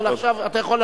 אבל אתה יכול,